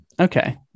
Okay